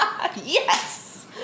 Yes